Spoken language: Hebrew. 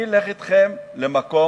אני אלך אתכם למקום